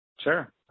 Sure